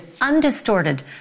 undistorted